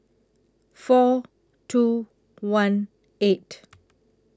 four two one eight